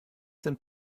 sind